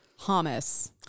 Hamas